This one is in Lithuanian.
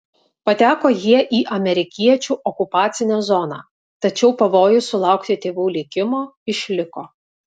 pateko jie į amerikiečių okupacinę zoną tačiau pavojus sulaukti tėvų likimo išliko